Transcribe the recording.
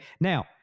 Now